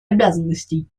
обязанностей